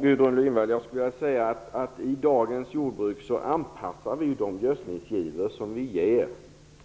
Fru talman! Jag skulle vilja säga till Gudrun Lindvall att vi i dagens jordbruk anpassar den gödsel vi